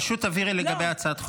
פשוט תבהירי לגבי הצעת החוק.